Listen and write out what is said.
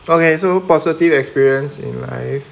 okay so positive experience in life